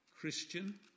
Christian